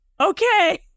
okay